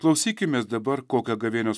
klausykimės dabar kokią gavėnios